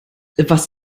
was